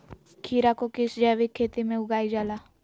खीरा को किस जैविक खेती में उगाई जाला?